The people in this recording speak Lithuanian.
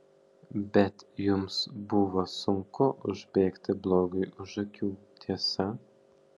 bet jums buvo sunku užbėgti blogiui už akių tiesa